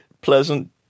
pleasant